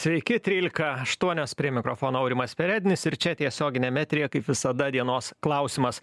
sveiki trylika aštuonios prie mikrofono aurimas perednis ir čia tiesioginiam eteryje kaip visada dienos klausimas